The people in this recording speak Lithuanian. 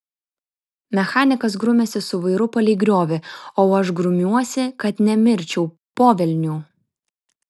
mechanikas grumiasi su vairu palei griovį o aš grumiuosi kad nemirčiau po velnių